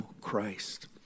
Christ